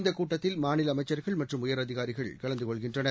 இந்த கூட்டத்தில் மாநில அமைச்சர்கள் மற்றும் உயரதிகாரிகள் கலந்து கொள்கின்றனர்